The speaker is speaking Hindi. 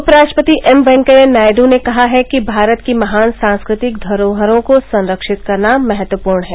उपराष्ट्रपति एम वेंकैया नायडू ने कहा है कि भारत की महान सांस्कृतिक धरोहरों को संरक्षित करना महत्वपूर्ण है